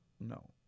No